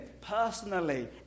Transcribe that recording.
personally